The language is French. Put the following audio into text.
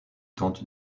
tente